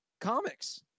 comics